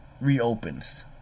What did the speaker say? reopens